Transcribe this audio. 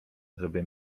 żeby